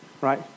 right